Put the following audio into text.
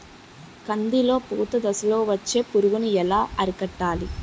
కందిలో పూత దశలో వచ్చే పురుగును ఎలా అరికట్టాలి?